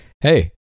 hey